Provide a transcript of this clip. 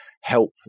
help